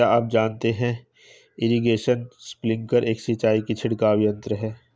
क्या आप जानते है इरीगेशन स्पिंकलर एक सिंचाई छिड़काव यंत्र है?